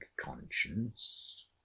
conscience